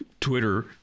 Twitter